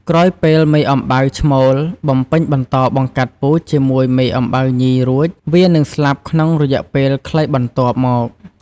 ក្រោយពេលមេអំបៅឈ្មោលបំពេញបន្តបង្កាត់ពូជជាមួយមេអំបៅញីរួច វានឹងស្លាប់ក្នុងរយៈពេលខ្លីបន្ទាប់មក។